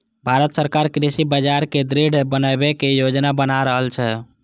भांरत सरकार कृषि बाजार कें दृढ़ बनबै के योजना बना रहल छै